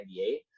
1998